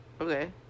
Okay